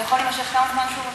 זה יכול להימשך כמה זמן שהוא רוצה?